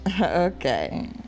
Okay